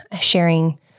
sharing